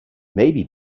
maybe